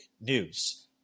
news